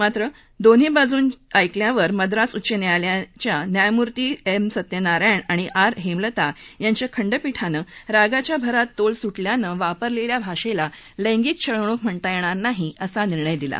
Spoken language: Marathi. मात्र दोन्ही बाजू ऐकल्यावर मद्रास उच्च न्यायालयाचे न्यायमूर्ती एम सत्यनारायण आणि न्यायमूर्ती आर हेमलता यांच्या खंडपीठानं रागाच्या भरात तोल सुटल्यानं वापरलेल्या भाषेला लैंगिक छळवणूक म्हणता येणार नाही असा निर्णय दिला